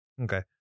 Okay